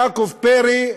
יעקב פרי,